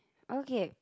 okay